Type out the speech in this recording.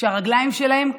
כשהרגליים שלהם קפואות,